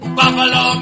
buffalo